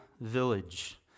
village